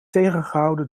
tegengehouden